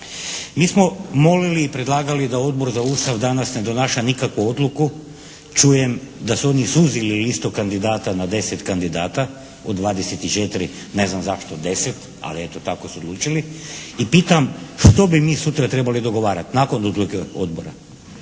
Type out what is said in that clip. Mi smo molili i predlagali da Odbor za Ustav danas ne donaša nikakvu odluku, čujem da su oni suzili listu kandidata na 10 kandidata od 24, ne znam zašto 10 ali eto tako su odlučili i pitam što bi mi sutra trebali dogovarati nakon odluke odbora.